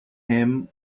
him